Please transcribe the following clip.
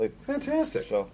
Fantastic